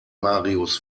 marius